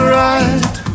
right